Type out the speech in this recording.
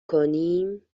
کنیم